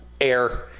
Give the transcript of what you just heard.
air